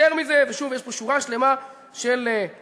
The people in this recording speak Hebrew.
יותר מזה, ושוב, יש פה שורה שלמה של פסקי-דין.